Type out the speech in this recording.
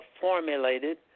formulated